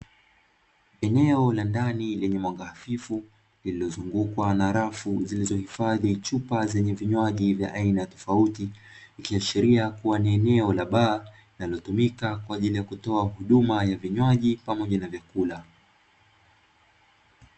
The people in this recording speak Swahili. Eneo la ndani lenye mwanga hafifu lililozungukwa na rafu zilizohifadhi chupa zenye vinywaji vya aina tofauti, ikiashiria kuwa ni eneo la baa linalotumika kwa ajili ya kutoa huduma ya vinywaji pamoja na vyakula.